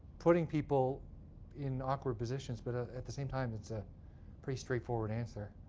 putting people in awkward positions, but ah at the same time, it's a pretty straightforward answer,